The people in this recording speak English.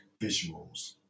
visuals